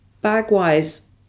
Bag-wise